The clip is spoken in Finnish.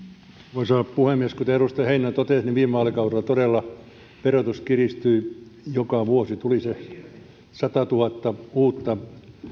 arvoisa puhemies kuten edustaja heinonen totesi viime vaalikaudella todella verotus kiristyi joka vuosi tuli se satatuhatta uutta